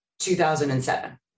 2007